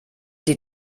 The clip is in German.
die